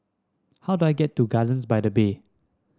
how do I get to Gardens by the Bay